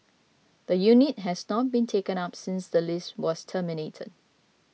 the unit has not been taken up since the lease was terminated